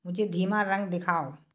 मुझे धीमा रंग दिखाओ